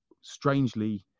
strangely